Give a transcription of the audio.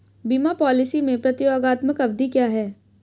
बीमा पॉलिसी में प्रतियोगात्मक अवधि क्या है?